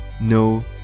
No